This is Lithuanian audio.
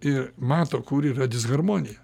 ir mato kur yra disharmonija